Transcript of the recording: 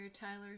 tyler